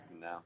No